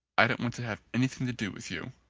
i don't want to have anything to do with you.